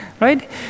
right